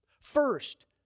First